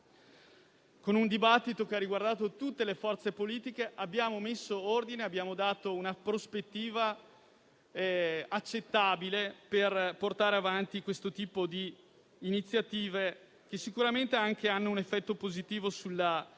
e un dibattito che ha riguardato tutte le forze politiche, abbiamo messo ordine e dato una prospettiva accettabile per portare avanti questo tipo di iniziative, che sicuramente hanno un effetto positivo sulle imprese